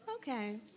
Okay